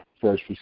first